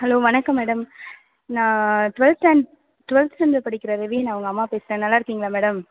hello வணக்கம் madam நான் twelfth stan twelfth standard படிக்கிற ரெவின் அவங்க அம்மா பேசுகிறேன் நல்லா இருக்கீங்களா மேடம்